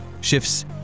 shifts